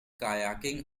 kayaking